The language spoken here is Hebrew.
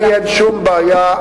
לי אין שום בעיה.